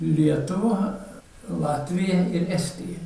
lietuvą latviją ir estiją